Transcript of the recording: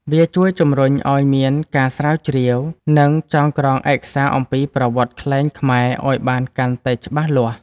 វាជួយជម្រុញឱ្យមានការស្រាវជ្រាវ និងចងក្រងឯកសារអំពីប្រវត្តិខ្លែងខ្មែរឱ្យបានកាន់តែច្បាស់លាស់។